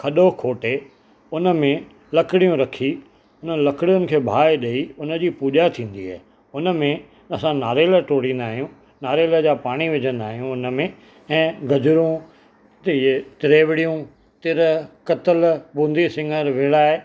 खॾो खोटे हुन में लकड़ियूं रखी उन लकिड़ियुनि खे ॿाहि ॾेई हुन जी पूॼा थींदी आहे हुन में असां नारियलु टोड़ींदा आहियूं नारियल जा पाणी विझंदा आहियूं हुन में ऐं गजरूं त इहे रेवड़ियूं तिर कतल बूंदी सिङर विड़हाए